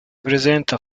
presenta